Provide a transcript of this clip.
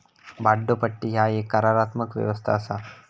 भाड्योपट्टी ह्या एक करारात्मक व्यवस्था असा